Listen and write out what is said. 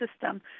system